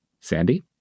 Sandy